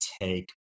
take